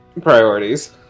Priorities